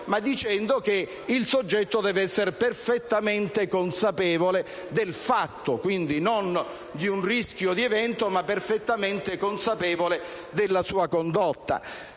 ma dicendo che il soggetto deve essere perfettamente consapevole del fatto, quindi non di un rischio di evento, ma della sua condotta.